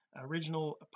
original